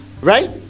right